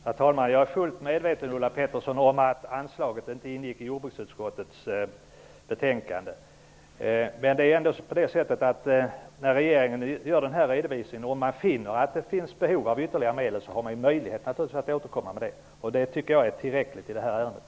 Herr talman! Jag är fullt medveten om att anslaget inte ingick i jordbruksutskottets betänkande, Ulla Petterson. När regeringen gör den här redovisningen och kanske finner att det finns behov av ytterligare medel har man möjlighet att återkomma med det. Jag tycker att det är tillräckligt i det här ärendet.